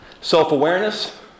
self-awareness